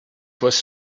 was